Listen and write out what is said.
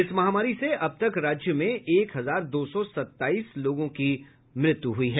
इस महामारी से अब तक राज्य में एक हजार दो सौ सत्ताईस लोगों की मृत्यु हुई है